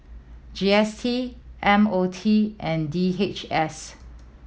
G S T M O T and D H S